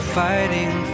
fighting